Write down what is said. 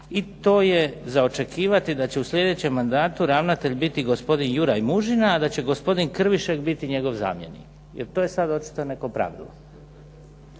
i to je za očekivati da će u sljedećem mandatu ravnatelj biti gospodin Juraj Mužina, a da će gospodin Krvišek biti njegov zamjenik. Jer to je sad očito neko pravilo.